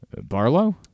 Barlow